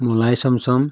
মলাই chamcham